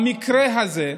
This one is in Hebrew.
במקרה הזה,